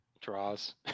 Draws